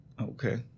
Okay